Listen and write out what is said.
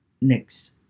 Next